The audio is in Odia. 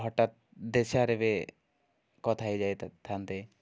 ହଠାତ୍ ଦେଶୀଆରେ ବି କଥା ହେଇଯାଇଥାନ୍ତି